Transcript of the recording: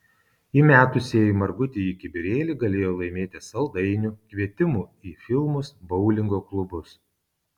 įmetusieji margutį į kibirėlį galėjo laimėti saldainių kvietimų į filmus boulingo klubus